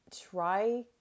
try